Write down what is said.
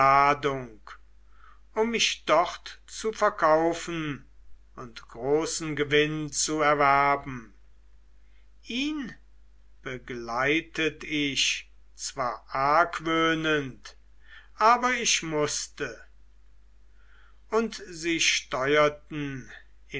um mich dort zu verkaufen und großen gewinn zu erwerben ihn begleitet ich zwar argwöhnend aber ich mußte und sie steurten